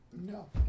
No